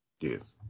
yes